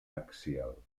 axial